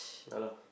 ya lah